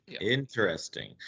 Interesting